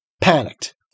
panicked